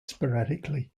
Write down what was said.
sporadically